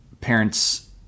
parents